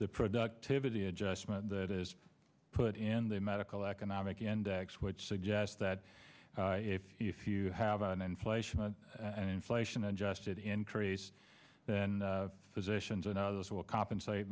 the productivity adjustment that is put in the medical economic and which suggests that if you have an inflation and inflation adjusted increase then physicians and others will compensate